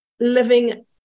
living